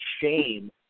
shame